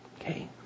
Okay